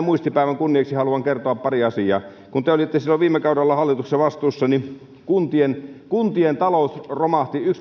muistipäivän kunniaksi haluan kertoa pari asiaa kun te olitte silloin viime kaudella hallituksessa vastuussa kuntien kuntien talous romahti